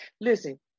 listen